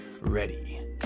ready